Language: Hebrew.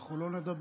אנחנו לא נדבר.